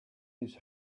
his